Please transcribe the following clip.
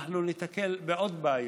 אנחנו ניתקל בעוד בעיות.